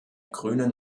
grünen